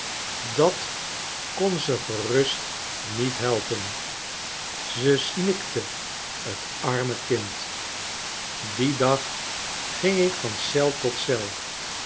dat kon ze g'erust niet helpen ze snikte t arme kind dien dag ging ik van eel tot eel